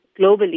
globally